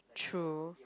true